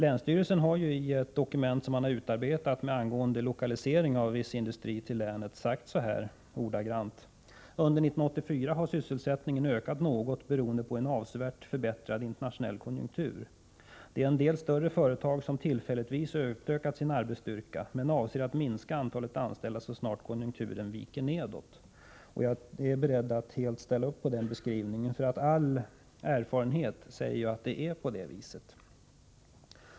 Länsstyrelsen har ju i ett dokument beträffande lokalisering av viss industri till länet ordagrant skrivit bl.a. följande: ”Under 1984 har sysselsättningen ökat något beroende på en avsevärt förbättrad internationell konjunktur. Det är en del större företag som tillfälligtvis utökat sin arbetsstyrka, men avser att minska antalet anställda så snart konjunkturen viker nedåt.” Jag är beredd att helt ställa upp bakom denna beskrivning, eftersom all erfarenhet säger att det förhåller sig på det här sättet.